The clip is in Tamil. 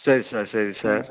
சரி சார் சரி சார்